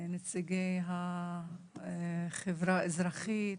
נציגי החברה האזרחית,